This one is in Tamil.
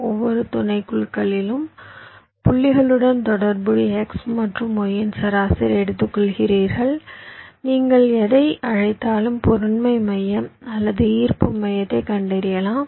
ஒவ்வொரு துணைக்குழுக்களிலும் புள்ளிகளுடன் தொடர்புடைய x மற்றும் y இன் சராசரியை எடுத்துக்கொள்கிறீர்கள் நீங்கள் எதை அழைத்தாலும் பொருண்மை மையம் அல்லது ஈர்ப்பு மையத்தைக் கண்டறியலாம்